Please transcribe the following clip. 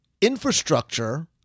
infrastructure